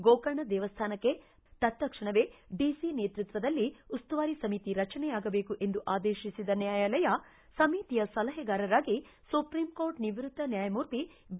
ಗೋಕರ್ಣ ದೇವಸ್ಥಾನಕ್ಕೆ ತತ್ಕ್ಷಣವೇ ಡಿಸಿ ನೇತೃತ್ವದಲ್ಲಿ ಉಸ್ತುವಾರಿ ಸಮಿತಿ ರಚನೆಯಾಗಬೇಕು ಎಂದು ಆದೇಶಿಸಿದ ನ್ಯಾಯಾಲಯ ಸಮಿತಿಯ ಸಲಹೆಗಾರರಾಗಿ ಸುಪ್ರೀಂಕೋರ್ಟ್ ನಿವ್ಯಕ್ತ ನ್ಮಾಯಮೂರ್ತಿ ಬಿ